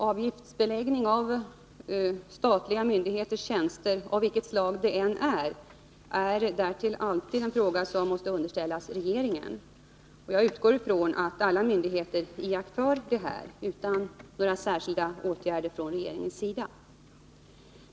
Avgiftsbeläggning av statliga myndigheters tjänster, av vilket slag det än är, är därtill alltid en fråga som måste underställas regeringen. Och jag utgår ifrån att alla myndigheter iakttar detta utan några särskilda åtgärder från regeringens sida.